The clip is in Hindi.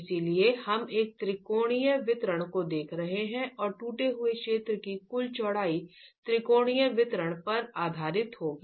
इसलिए हम एक त्रिकोणीय वितरण को देख रहे हैं और टूटे हुए क्षेत्र की कुल चौड़ाई त्रिकोणीय वितरण पर आधारित होगी